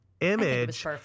image